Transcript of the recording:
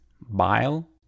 Bile